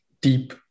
deep